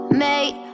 mate